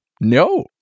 no